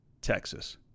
Texas